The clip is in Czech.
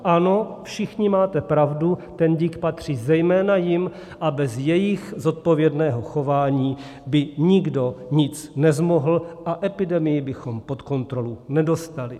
Ano, všichni máte pravdu, ten dík patří zejména jim a bez jejich zodpovědného chování by nikdo nic nezmohl a epidemii bychom pod kontrolu nedostali.